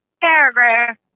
paragraph